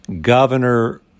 governor